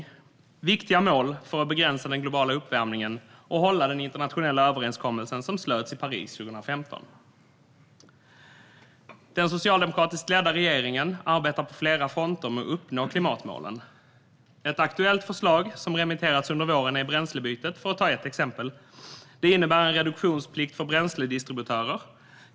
Dessa mål är viktiga för att begränsa den globala uppvärmningen och hålla den internationella överenskommelse som slöts i Paris 2015. Den socialdemokratiskt ledda regeringen arbetar på flera fronter med att uppnå klimatmålen. Ett exempel på ett aktuellt förslag är bränslebytet, som har remitterats under våren. Det innebär en reduktionsplikt för bränsledistributörer.